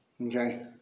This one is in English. Okay